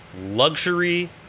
luxury